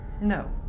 No